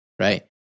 right